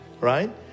right